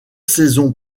saisons